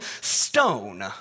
stone